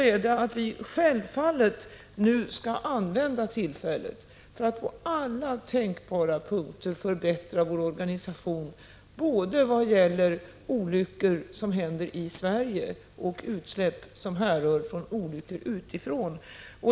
Vi skall nu självfallet använda tillfället för att på alla tänkbara punkter förbättra vår organisation både vad gäller olyckor som händer i Sverige och utsläpp som härrör från olyckor utifrån.